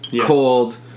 cold